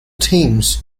teams